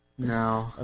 No